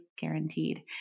guaranteed